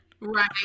right